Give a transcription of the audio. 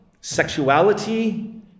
sexuality